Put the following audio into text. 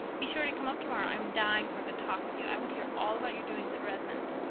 be sure to come up tomorrow. i'm dying for a good talk with you. i want to hear all about your doings at redmond.